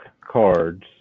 cards